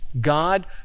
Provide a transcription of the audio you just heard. God